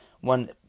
one